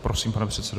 Prosím, pane předsedo.